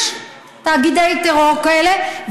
יש תאגידי טרור כאלה,